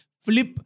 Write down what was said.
flip